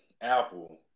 Apple